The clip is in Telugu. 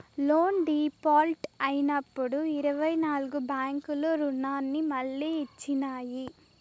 లోన్ డీపాల్ట్ అయినప్పుడు ఇరవై నాల్గు బ్యాంకులు రుణాన్ని మళ్లీ ఇచ్చినాయి